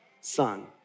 son